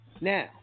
Now